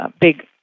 big